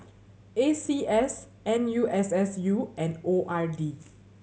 A C S N U S S U and O R D